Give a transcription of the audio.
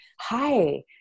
hi